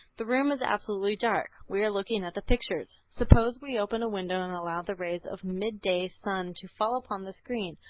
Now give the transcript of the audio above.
the room is absolutely dark. we are looking at the pictures. suppose we open a window and allow the rays of the midday sun to fall upon the screen.